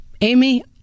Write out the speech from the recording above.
Amy